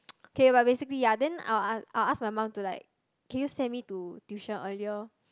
K but basically ya then I will a~ I will ask my mum to like can you send me to tuition earlier